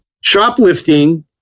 shoplifting